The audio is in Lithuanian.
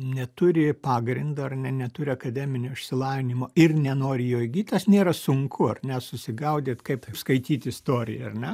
neturi pagrindo ar ne neturi akademinio išsilavinimo ir nenori jo įgyt tas nėra sunku ar ne susigaudyt kaip taip skaityt istoriją ar ne